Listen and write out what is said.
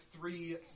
three